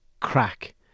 crack